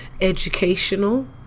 educational